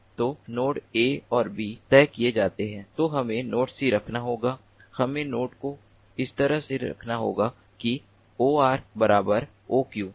तो यदि node A और B तय किए जाते हैं तो हमें नोड्स सी रखना होगा हमें नोड को इस तरह से रखना होगा कि OR OQ